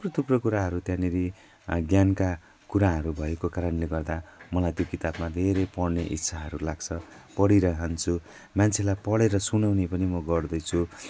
थुप्रै थुप्रै कुराहरू त्यहाँनिर ज्ञानका कुराहरू भएको कारणले गर्दा मलाई त्यो किताबमा धेरै पढ्ने इच्छाहरू लाग्छ पढिरहन्छु मान्छेलाई पढेर सुनाउने पनि म गर्दैछु